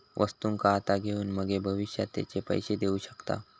वस्तुंका आता घेऊन मगे भविष्यात तेचे पैशे देऊ शकताव